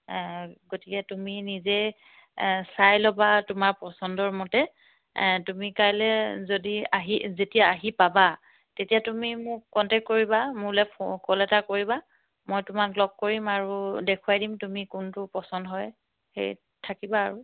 গতিকে তুমি নিজে চাই ল'বা তোমাৰ পচন্দৰ মতে তুমি কাইলে যদি আহি যেতিয়া আহি পাবা তেতিয়া তুমি মোক কণ্টেক্ট কৰিবা মোলে কল এটা কৰিবা মই তোমাক লগ কৰিম আৰু দেখুৱাই দিম তুমি কোনটো পচন্দ হয় সেই থাকিবা আৰু